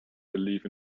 believe